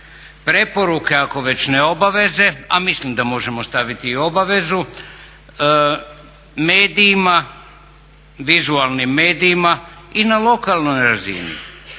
preporuke, ako već ne obaveze, a mislim da možemo staviti i obavezu medijima, vizualnim medijima i na lokalnoj razini